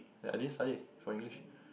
and I didn't study for English